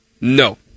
no